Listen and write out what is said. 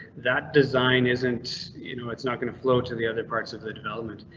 that design isn't. you know it's not going to flow to the other parts of the development.